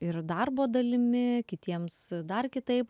ir darbo dalimi kitiems dar kitaip